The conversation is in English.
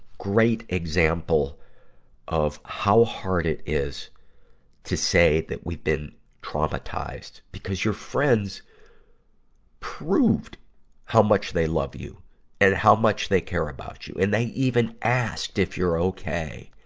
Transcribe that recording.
great example of how hard it is to say that we've been traumatized, because your friends proved how much they love you and how much they care about you, and they even asked if you're okay.